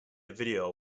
video